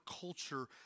culture